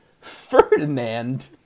Ferdinand